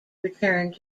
returned